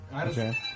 Okay